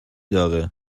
داغه